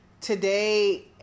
today